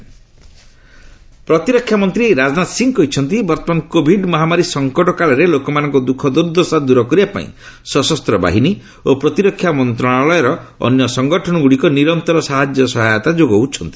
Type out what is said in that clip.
Rajnath Covid ହେଲ୍ସ ପ୍ରତିରକ୍ଷା ମନ୍ତ୍ରୀ ରାଜନାଥ ସିଂହ କହିଛନ୍ତି ବର୍ତ୍ତମାନ କୋଭିଡ୍ ମହାମାରୀ ସଂକଟ କାଳରେ ଲୋକମାନଙ୍କ ଦୁଃଖ ଦୁର୍ଦ୍ଦଶା ଦୂର କରିବା ପାଇଁ ସଶସ୍ତ ବାହିନୀ ଓ ପ୍ରତିରକ୍ଷା ମନ୍ତ୍ରଣାଳୟର ଅନ୍ୟ ସଂଗଠନ ଗୁଡ଼ିକ ନିରନ୍ତର ସାହାଯ୍ୟ ସହାୟତା ଯୋଗାଉଛନ୍ତି